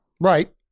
Right